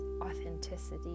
authenticity